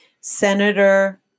senator